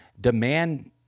Demand